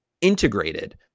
integrated